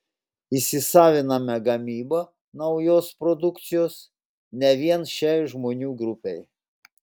įsisaviname gamybą naujos produkcijos ne vien šiai žmonių grupei